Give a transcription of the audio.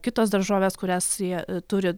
kitos daržovės kurias jie turi